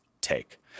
take